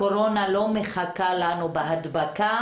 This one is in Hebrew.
הקורונה לא מחכה לנו בהדבקה,